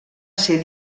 ser